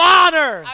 honor